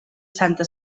santa